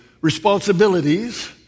responsibilities